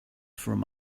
from